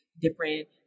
different